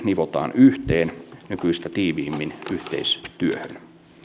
nivotaan yhteen nykyistä tiiviimpään yhteistyöhön